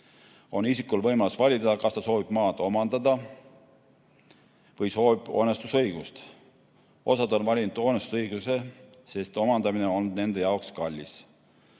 on isikul võimalus valida, kas ta soovib maad omandada või soovib hoonestusõigust. Osa on valinud hoonestusõiguse, sest omandamine on nende jaoks kallis.